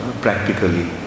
practically